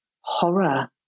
horror